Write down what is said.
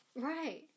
Right